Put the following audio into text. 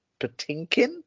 Patinkin